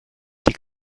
die